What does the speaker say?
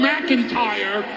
McIntyre